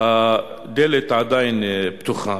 הדלת עדיין פתוחה,